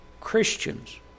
Christians